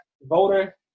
voter